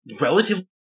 relatively